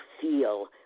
feel